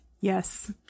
Yes